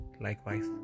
likewise